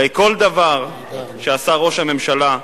הרי כל דבר שעשה ראש הממשלה,